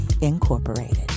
Incorporated